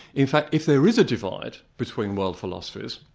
in fact if there is a divide between world philosophies,